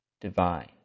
Divine